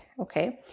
okay